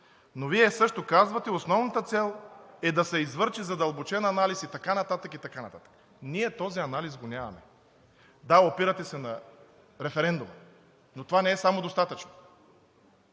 Но Вие също казвате – основната цел е да се извърши задълбочен анализ и така нататък, и така нататък. Ние този анализ го нямаме. Да, опирате се на референдума, но това само не е достатъчно.